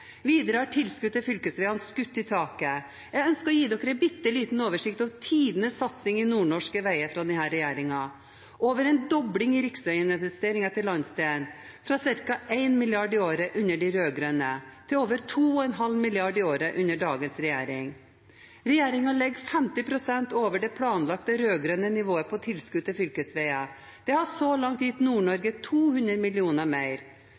Videre har tilskudd til fylkesveier skutt i været. Jeg ønsker å gi dere en bitte liten oversikt over tidenes satsing på nordnorske veier fra denne regjeringen: Det er over en dobling i riksveiinvesteringer til landsdelen, fra ca. 1 mrd. kr i året under de rød-grønne til over 2,5 mrd. kr i året under dagens regjering. Regjeringen ligger 50 pst. over det planlagte rød-grønne nivået på tilskudd til fylkesveier. Det har så langt gitt Nord-Norge 200 mill. kr mer.